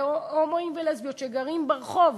הומואים ולסביות שגרים ברחוב.